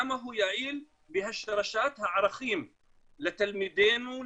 כמה הוא יעיל בהשרשת הערכים לתלמידינו,